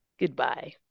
goodbye